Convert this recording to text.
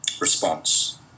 response